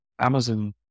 Amazon